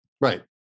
right